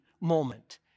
moment